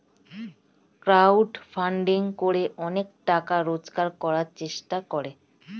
crowd funding করে অনেকে টাকা রোজগার করার চেষ্টা করে